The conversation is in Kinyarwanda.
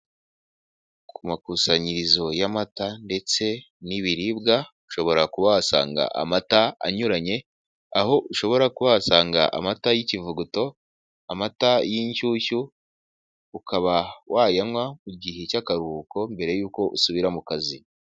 Ku makusanyirizo y'amata ndetse n'ibiribwa, ushobora kuba wahasanga amata anyuranye, aho ushobora kuba wahasanga amata y'ikivuguto, amata y'inshyushyu, ukaba wayanywa ku gihe cy'akaruhuko, mbere y'uko usubira mu kazi.